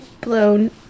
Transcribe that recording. blown